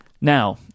Now